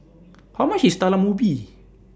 How much IS Talam Ubi